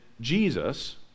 Jesus